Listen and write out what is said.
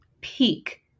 peak